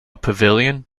pavilion